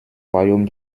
royaume